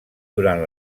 durant